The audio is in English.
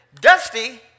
Dusty